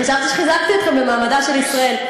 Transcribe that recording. חשבתי שחיזקתי אתכם במעמדה של ישראל.